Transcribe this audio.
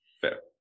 Fair